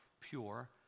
pure